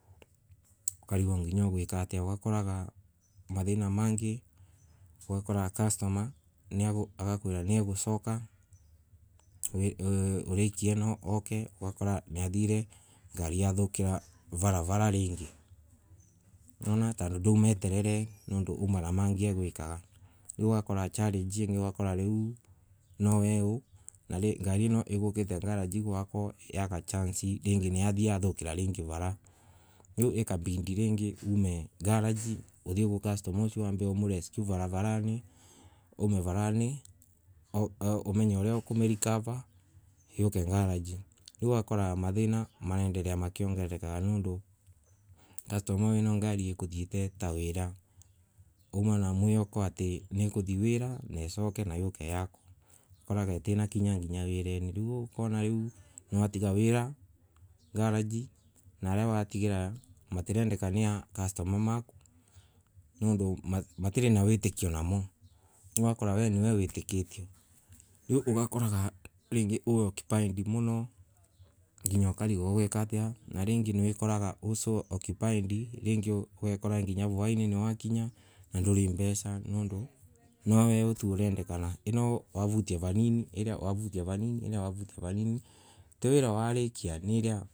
Ukarigwa nginya niweka atia, ugakora nginya customer arakwira nia gucoka week ino wiki ino ugakora niathirie ngari yo thokira vara vara ringi na niwona na ndungi mweterera tondu nwaokorwe arai na maundu mangi agwikaga, riu ugakora challenge io. na ngari iyo iraukite ngarangi gwakwa ringi niathukira ringi vara varari, ikabidi ume garage uria uku me rescue yoke garage. umenye uria iguka garage ugakora mathina marathie makiongerereka kumana mwihoko ati niakuthie wirari na icoke garage yoke ithondekwe ugakora niwatigo wira garage na aria watiga customer maku matira menda nundu matire na witikio nao ugakora wi occupied muno ugakora nginya kivwai niagiakinya na njuri na mbia nwa we tu arendekana ino wavutia vanini ina vanini.